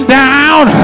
down